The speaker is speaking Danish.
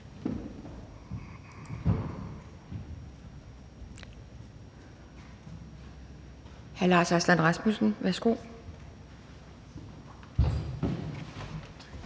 Hr. Lars Aslan Rasmussen, værsgo.